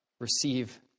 receive